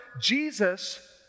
Jesus